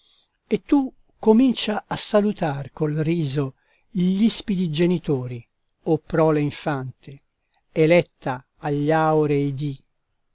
e tu comincia a salutar col riso gl'ispidi genitori o prole infante eletta agli aurei dì